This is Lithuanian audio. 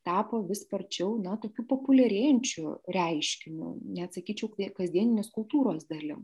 tapo vis sparčiau na tokiu populiarėjančiu reiškiniu net sakyčiau kasdieninės kultūros dalim